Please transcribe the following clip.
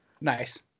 Nice